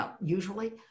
usually